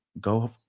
Go